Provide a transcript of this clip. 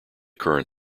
current